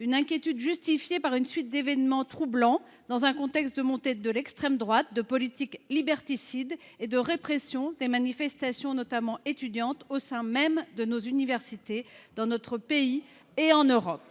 Leur inquiétude est justifiée par une suite d’événements troublants, dans un contexte de montée de l’extrême droite, de politiques liberticides et de répression des manifestations, notamment étudiantes, au sein même de nos universités, dans notre pays et en Europe.